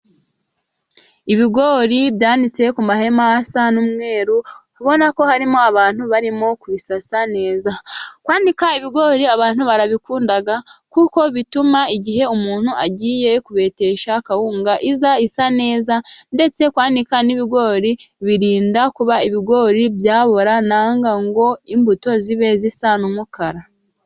Ibigori byanitse ku mahema asa n'umweru ,ubona ko harimo abantu barimo kubisasa neza. Kwanika ibigori ,abantu barabikunda kuko bituma igihe umuntu agiye kubetesha, kawunga iza isa neza. Ndetse kwanika ibigori birinda kuba ibigori byabora cyangwa ngo imbuto ibe yasa n'umukara.